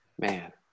Man